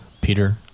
peter